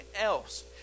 else